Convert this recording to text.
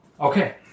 okay